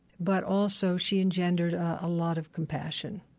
but also she engendered a lot of compassion.